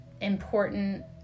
important